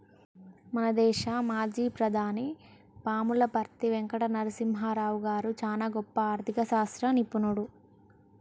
మన దేశ మాజీ ప్రధాని పాములపర్తి వెంకట నరసింహారావు గారు చానా గొప్ప ఆర్ధిక శాస్త్ర నిపుణుడు